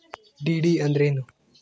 DD ಅಂದ್ರೇನು?